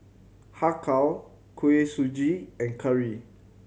Har Kow Kuih Suji and curry